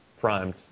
primed